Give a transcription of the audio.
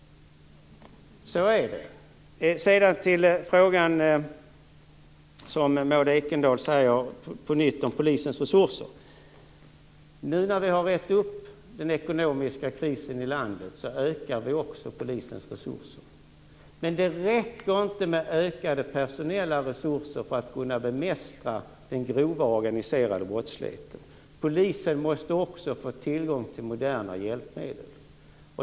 Sedan över till frågan om polisens resurser. Nu när vi har rett upp den ekonomiska krisen i landet ökar vi också polisens resurser. Men det räcker inte med ökade personella resurser för att kunna bemästra den grova organiserade brottsligheten. Polisen måste också få tillgång till moderna hjälpmedel.